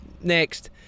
next